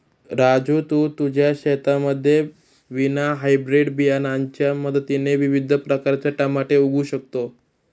राजू तू तुझ्या शेतामध्ये विना हायब्रीड बियाणांच्या मदतीने विविध प्रकारचे टमाटे उगवू शकतो